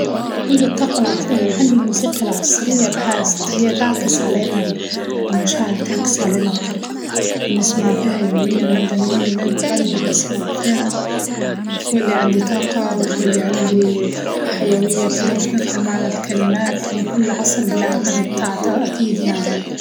نحب الطاقة نحب الموسيقى العصرية بحاست هي تعكس علينا المشاعر، تعكس علينا الطاقة اللي نسمع فيها يومياً نبدا نولي ونغني ونسمع فيها، تولي عندي طاقة وتولي عندي حيوية وكدة ونفهم معنى الكلمات لأن كل عصر له الأغاني بتعته أكيد يعني.